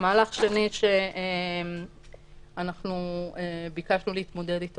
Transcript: מהלך שני שאנחנו ביקשנו להתמודד איתו